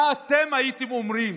מה אתם הייתם אומרים?